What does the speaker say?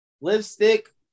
Lipstick